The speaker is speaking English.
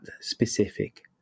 specific